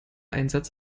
einsatz